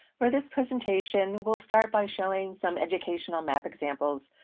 for this presentation, we'll start by showing some educational map examples,